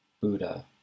Buddha